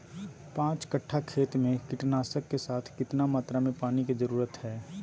पांच कट्ठा खेत में कीटनाशक के साथ कितना मात्रा में पानी के जरूरत है?